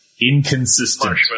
Inconsistent